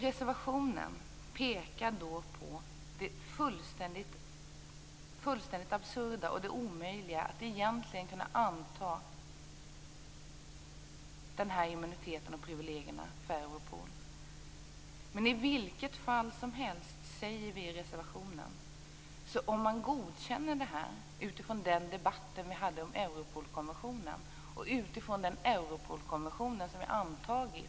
Reservationen pekar på det egentligen fullständigt absurda och omöjliga i att anta immuniteten och privilegierna för Europol. Men i vilket fall som helst säger vi i reservationen: Låt oss säga att man godkänner det här utifrån den debatt vi hade om Europolkonventionen och utifrån den Europolkonvention som vi har antagit.